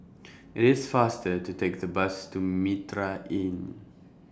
IT IS faster to Take The Bus to Mitraa Inn